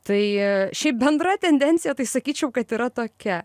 tai šiaip bendra tendencija tai sakyčiau kad yra tokia